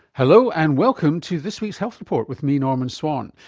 hello, and welcome to this week's health report with me, norman swan.